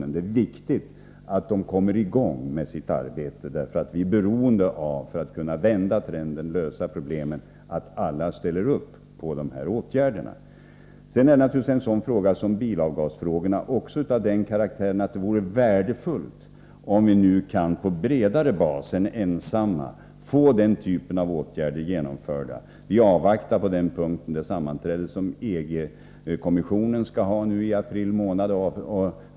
Men det är viktigt att dessa länder kommer i gång med sitt arbete, för vi är — för att kunna vända trenden och lösa problemen — beroende av att alla ställer upp bakom de här åtgärderna. En fråga som bilavgasfrågan är naturligtvis av den karaktären att det vore värdefullt om vi på bredare bas än när vi står ensamma kunde få denna typ av åtgärder genomförda. Vi avvaktar på den punkten det sammanträde som EG-kommissionen skall ha under april.